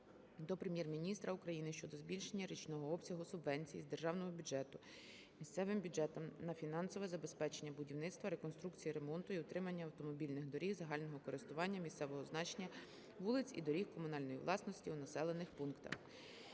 до Прем'єр-міністра України щодо збільшення річного обсягу субвенції з державного бюджету місцевим бюджетам на фінансове забезпечення будівництва, реконструкції, ремонту і утримання автомобільних доріг загального користування місцевого значення, вулиць і доріг комунальної власності у населених пунктах.